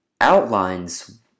outlines